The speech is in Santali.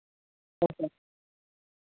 ᱦᱳᱭ ᱥᱮ